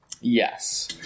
Yes